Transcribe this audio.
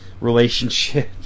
relationship